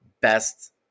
best